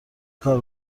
کار